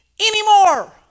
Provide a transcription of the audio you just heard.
anymore